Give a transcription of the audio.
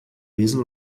besen